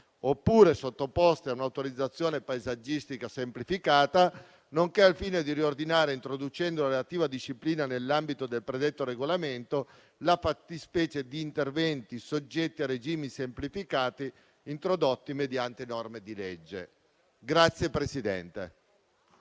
oppure sottoposti ad un'autorizzazione paesaggistica semplificata nonché al fine di riordinare, introducendo la relativa disciplina nell'ambito del predetto regolamento, la fattispecie di interventi soggetti a regimi semplificati, introdotti mediante norme di legge.